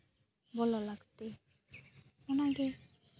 ᱵᱚᱞᱚ ᱞᱟᱹᱠᱛᱤ ᱚᱱᱟᱜᱮ